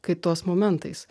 kaitos momentais